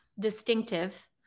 distinctive